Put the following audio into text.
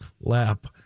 lap